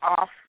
off